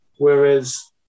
whereas